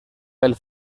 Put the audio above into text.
pel